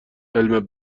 علم